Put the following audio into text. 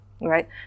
right